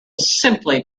simply